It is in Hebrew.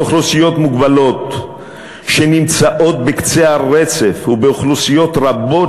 באוכלוסיות מוגבלות שנמצאות בקצה הרצף ובאוכלוסיות רבות